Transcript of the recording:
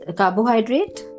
carbohydrate